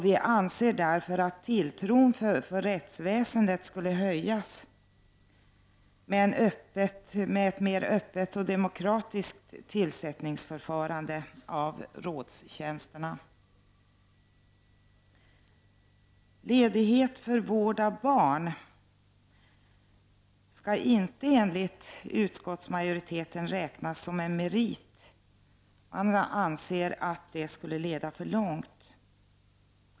Vi anser därför att tilltron till rättsväsendet skulle öka med ett mera öppet och demokratiskt tillsättningsförfarande beträffande rådstjänsterna. Ledighet för vård av barn skall enligt utskottsmajoriteten inte räknas som en merit. Man anser att det skulle leda för långt.